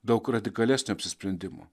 daug radikalesnio apsisprendimo